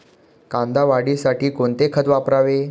कांदा वाढीसाठी कोणते खत वापरावे?